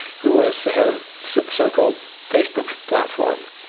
who was the head of so-called facebook platform.